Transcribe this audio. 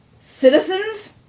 Citizens